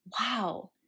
wow